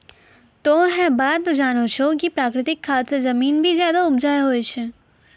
तोह है बात जानै छौ कि प्राकृतिक खाद स जमीन भी ज्यादा उपजाऊ होय छै